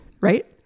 right